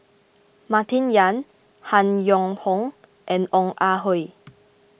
Martin Yan Han Yong Hong and Ong Ah Hoi